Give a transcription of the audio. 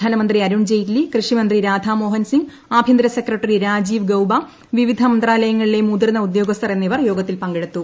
ധനമന്ത്രി അരുൺ ജെയ്റ്റ്ലി കൃഷി മന്ത്രി രാധാ മോഹൻ സിംഗ് ആഭ്യന്തര സെക്രട്ടറി രാജീവ് ഗൌബ വിവിധ മന്ത്രാലയങ്ങളിലെ മുതിർന്ന ഉദ്യോഗസ്ഥർ എന്നിവർ യോഗത്തിൽ പങ്കെടുത്തു